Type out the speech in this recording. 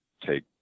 take